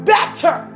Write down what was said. Better